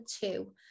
two